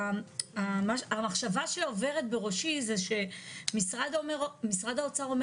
המחשבה שעוברת בראשי זה שמשרד האוצר,